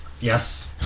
yes